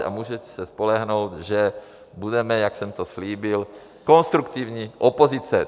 A můžete se spolehnout, že budeme, jak jsem to slíbil, konstruktivní opozice.